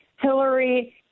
Hillary